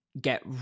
get